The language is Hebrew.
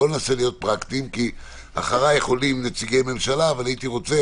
בואי ננסה לעשות את זה פרקטי והייתי רוצה